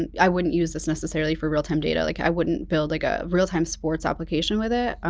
i wouldn't use this necessarily for real-time data like i wouldn't build like a real time sports application with it,